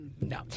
No